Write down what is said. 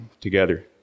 together